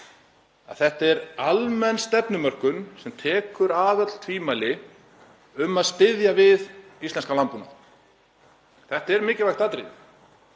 að þetta er almenn stefnumörkun sem tekur af öll tvímæli um að styðja við íslenskan landbúnað. Þetta er mikilvægt atriði.